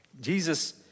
Jesus